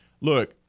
Look